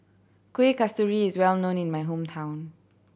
Kueh Kasturi is well known in my hometown